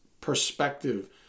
perspective